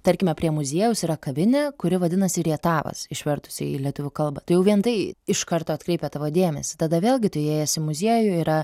tarkime prie muziejaus yra kavinė kuri vadinasi rietavas išvertus į lietuvių kalbą jau vien tai iš karto atkreipia tavo dėmesį tada vėlgi tu įėjęs į muziejų yra